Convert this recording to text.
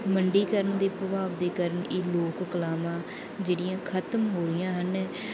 ਮੰਡੀਕਰਨ ਦੇ ਪ੍ਰਭਾਵ ਦੇ ਕਰਨ ਇਹ ਲੋਕ ਕਲਾਵਾਂ ਜਿਹੜੀਆਂ ਖਤਮ ਹੋ ਰਹੀਆਂ ਹਨ